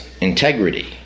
Integrity